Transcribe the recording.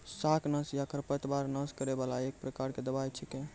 शाकनाशी या खरपतवार नाश करै वाला एक प्रकार के दवाई छेकै